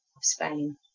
Spain